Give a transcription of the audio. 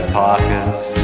pockets